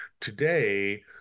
today